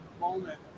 moment